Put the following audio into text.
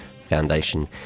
Foundation